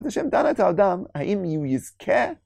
זה שם דן את האדם, האם אם יזכה...